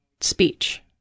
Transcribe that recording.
speech